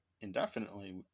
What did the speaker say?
indefinitely